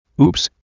Oops